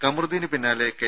കമറുദ്ദീന് പിന്നാലെ കെ